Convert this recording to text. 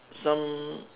some